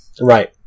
Right